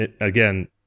again